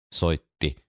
soitti